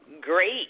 great